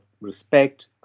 respect